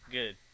Good